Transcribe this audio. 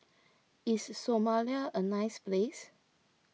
is Somalia a nice place